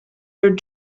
your